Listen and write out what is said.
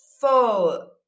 full